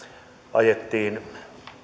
ajettiin